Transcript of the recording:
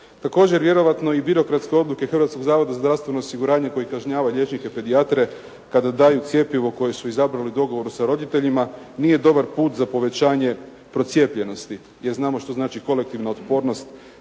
Također vjerojatno i birokratske odluke Hrvatskog zavoda za zdravstveno osiguranje koji kažnjava liječnike pedijatre kada daju cjepivo koje su izabrali u dogovoru sa roditeljima nije dobar put za povećanje procijepljenosti, jer znamo što znači kolektivnu otpornost